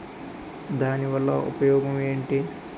దాని వల్ల ఉపయోగం ఎంటి?